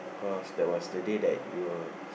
cause that was the day that you were